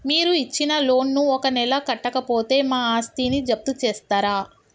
మీరు ఇచ్చిన లోన్ ను ఒక నెల కట్టకపోతే మా ఆస్తిని జప్తు చేస్తరా?